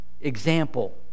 example